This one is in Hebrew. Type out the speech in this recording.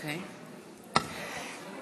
(קוראת בשמות חברי הכנסת)